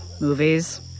Movies